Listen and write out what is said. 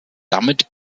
damit